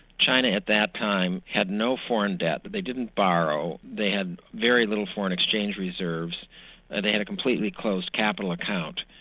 china at that time had no foreign debt, but they didn't borrow, they had very little foreign exchange reserves, and ah they had a completely closed capital account.